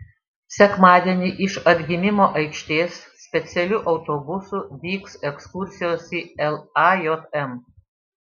sekmadienį iš atgimimo aikštės specialiu autobusu vyks ekskursijos į lajm